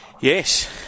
Yes